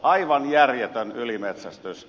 aivan järjetön ylimetsästys